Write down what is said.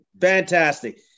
fantastic